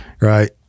right